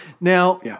Now